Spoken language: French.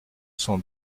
cent